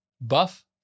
Buff